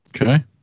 Okay